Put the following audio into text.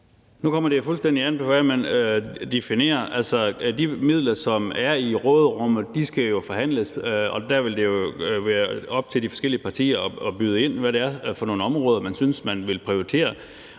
Det kommer jo fuldstændig an på, hvordan man definerer det. Altså, de midler, der er i råderummet, skal der jo forhandles om, og der vil det være op til de forskellige partier at byde ind med, hvad det er for nogle områder, man synes man vil prioritere.